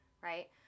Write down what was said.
right